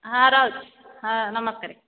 ହଁ ରହୁଛି ହଁ ନମସ୍କାରେ